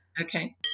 Okay